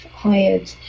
Hired